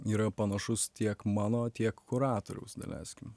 yra panašus tiek mano tiek kuratoriaus daleiskim